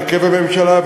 הרכב הממשלה,